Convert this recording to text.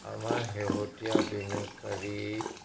আমাৰ শেহতীয়া বিনিয়োগকাৰী